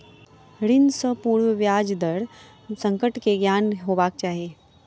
ऋण सॅ पूर्व ब्याज दर संकट के ज्ञान हेबाक चाही